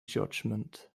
judgment